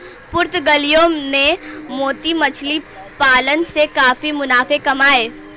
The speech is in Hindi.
पुर्तगालियों ने मोती मछली पालन से काफी मुनाफे कमाए